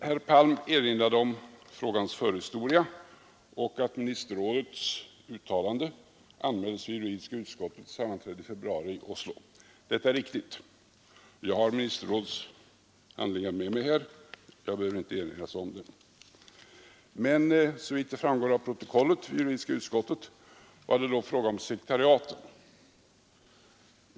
Herr Palm erinrade om frågans förhistoria och om att ministerrådets uttalande anmäldes vid juridiska utskottets sammanträde i februari i Oslo. Detta är riktigt. Jag har ministerrådets handlingar med mig här. Jag behöver inte erinras om dem. Men såvitt det framgår av protokollet från juridiska utskottet var det då fråga om sekreteriaten.